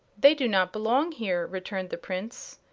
they do not belong here, returned the prince.